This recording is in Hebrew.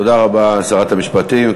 תודה רבה, שרת המשפטים.